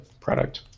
product